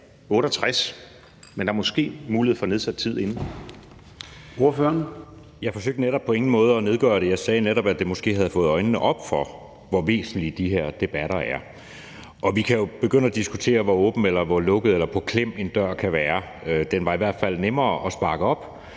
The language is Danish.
Ordføreren. Kl. 16:49 Jeppe Søe (M): Jeg forsøgte netop på ingen måde at nedgøre det. Jeg sagde netop, at det måske havde fået nogens øjne op for, hvor væsentlige de her debatter er. Vi kan jo begynde at diskutere, hvor åben eller hvor lukket eller på klem en dør kan være. Den var i hvert fald nemmere at sparke op,